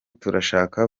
turashaka